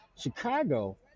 Chicago